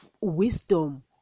wisdom